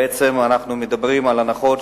בעצם אנחנו מדברים על הנחות